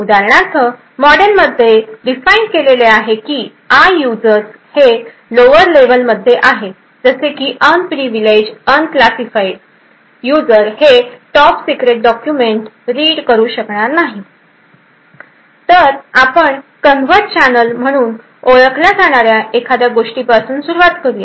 उदाहरणार्थ मॉडेल मध्ये डिफाइन केलेले आहे की I युजर्स हे लोअर लेव्हल मध्ये आहे जसे की अनप्रिव्हिलेज किंवा अनक्लासिफाईड यूजर हे टॉप सिक्रेट डॉक्युमेंट रीड करू शकणार नाही तर आपण कन्वर्ट चॅनल म्हणून ओळखल्या जाणार्या एखाद्या गोष्टीपासून सुरुवात करुया